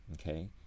okay